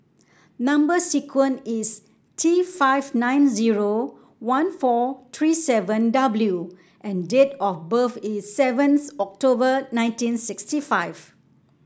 number sequence is T five nine zero one four three seven W and date of birth is seventh October nineteen sixty five